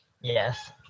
yes